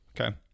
Okay